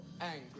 angry